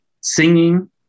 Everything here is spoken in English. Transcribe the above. singing